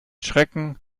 schrecken